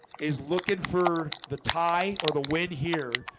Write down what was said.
is looking for the tie or the win here.